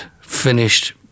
finished